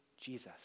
Jesus